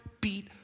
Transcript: beat